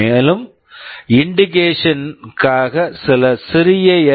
மேலும் indication indication க்காக சில சிறிய எல்